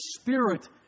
spirit